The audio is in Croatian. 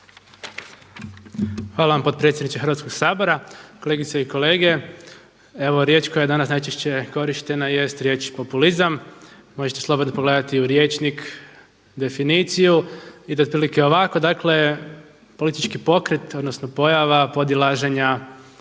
Hvala vam potpredsjedniče Hrvatskog sabora. Kolegice i kolege, evo riječ koja je danas najčešće korištena jest riječ populizam, možete slobodno pogledati i u rječnik definiciju ide otprilike ovako, dakle politički pokret odnosno pojava podilaženja